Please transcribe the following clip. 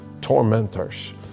tormentors